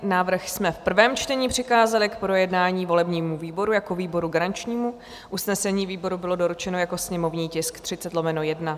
Návrh jsme v prvém čtení přikázali k projednání volebnímu výboru jako výboru garančnímu, usnesení výboru bylo doručeno jako sněmovní tisk 30/1.